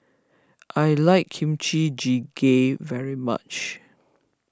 I like Kimchi Jjigae very much